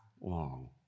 long